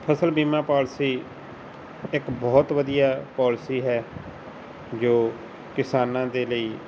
ਫ਼ਸਲ ਬੀਮਾ ਪਾਲਸੀ ਇੱਕ ਬਹੁਤ ਵਧੀਆ ਪੋਲਸੀ ਹੈ ਜੋ ਕਿਸਾਨਾਂ ਦੇ ਲਈ